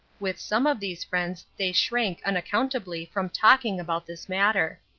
with some of these friends they shrank unaccountably from talking about this matter.